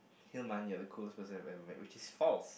hillman you're the coolest person I've ever met which is false